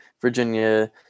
virginia